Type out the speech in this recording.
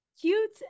cute